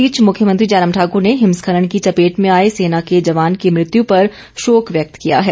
इस बीच मुख्यमंत्री जयराम ठाकर ने हिमस्खलन की चपेट में आए सेना के जवान की मृत्यू पर शोक व्यक्त किया है